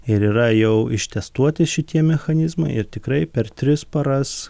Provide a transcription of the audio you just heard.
ir yra jau ištestuoti šitie mechanizmai ir tikrai per tris paras